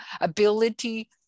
ability